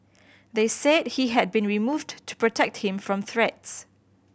they said he had been removed to protect him from threats